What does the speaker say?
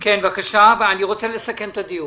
כן, בבקשה, ואני רוצה לסיים את הדיון.